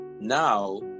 now